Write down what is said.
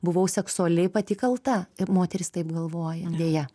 buvau seksuali pati kalta ir moteris taip galvoja deja